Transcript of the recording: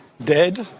dead